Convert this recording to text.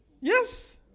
Yes